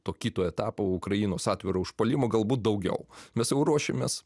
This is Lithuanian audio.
to kito etapo ukrainos atviro užpuolimo galbūt daugiau mes jau ruošėmės